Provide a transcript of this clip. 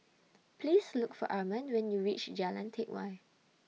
Please Look For Arman when YOU REACH Jalan Teck Whye